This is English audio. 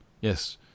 Yes